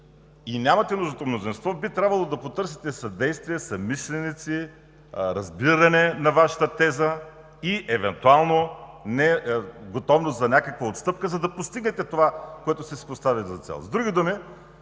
и нямате нужното мнозинство, би трябвало да потърсите съдействие, съмишленици, разбиране на Вашата теза и евентуално готовност за някаква отстъпка, за да постигнете това, което сте си поставили за цел.